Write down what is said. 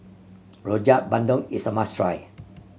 Rojak Bandung is a must try